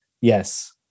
yes